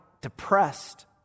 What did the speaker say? depressed